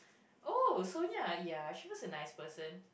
oh Sonia ya she was a nice person